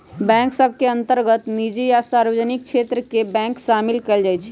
bank सभ के अंतर्गत निजी आ सार्वजनिक क्षेत्र के बैंक सामिल कयल जाइ छइ